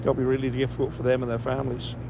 you know be really difficult for them and their families.